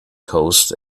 coast